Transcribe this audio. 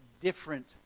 different